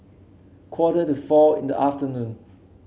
quarter to four in the afternoon